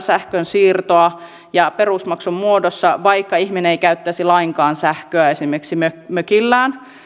sähkönsiirtoa on maksettava jo perusmaksun muodossa vaikka ihminen ei käyttäisi lainkaan sähköä esimerkiksi mökillään